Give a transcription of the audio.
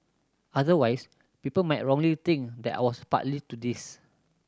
otherwise people might wrongly think that I was partly to this